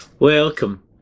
Welcome